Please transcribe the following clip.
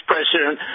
president